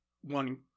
one